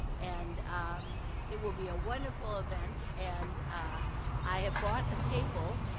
and um it will be a wonderful event, and i have bought a table,